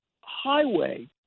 highway